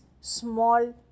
small